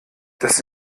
das